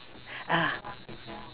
ah